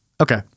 Okay